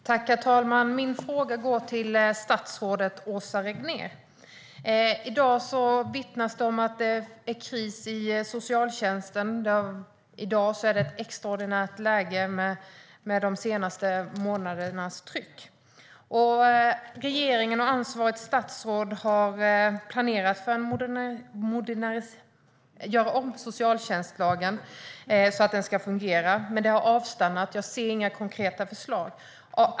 Herr talman! Min fråga går till statsrådet Åsa Regnér. Det vittnas om att det är kris i socialtjänsten och att läget är extraordinärt i och med de senaste månadernas tryck. Regeringen och ansvarigt statsråd har planerat för att göra om socialtjänstlagen så att den ska fungera. Det verkar dock ha avstannat, för jag ser inga konkreta förslag.